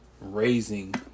raising